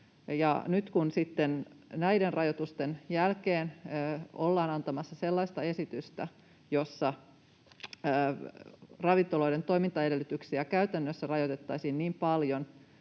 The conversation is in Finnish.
Nyt kun näiden rajoitusten jälkeen ollaan antamassa sellaista esitystä, joka mahdollistaisi ravintoloiden toimintaedellytyksien rajoittamisen niin paljon,